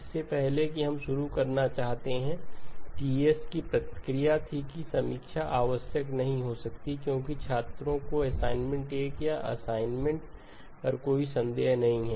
इससे पहले कि हम शुरू करना चाहते हैं कि TA'S की प्रतिक्रिया थी कि समीक्षा आवश्यक नहीं हो सकती है क्योंकि छात्रों को असाइनमेंट 1 या असाइनमेंट पर कई संदेह नहीं हैं